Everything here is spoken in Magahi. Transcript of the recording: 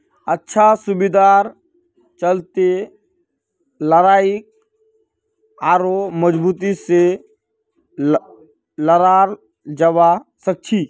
अच्छा सुविधार चलते लड़ाईक आढ़ौ मजबूती से लड़ाल जवा सखछिले